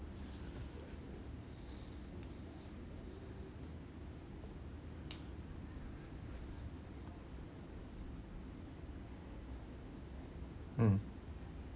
mm